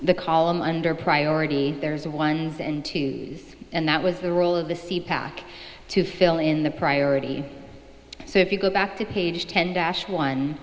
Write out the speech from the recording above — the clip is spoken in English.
the column under priority there is ones and twos and that was the roll of the sea back to fill in the priority so if you go back to page ten